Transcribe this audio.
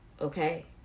Okay